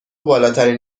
بالاترین